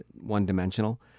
one-dimensional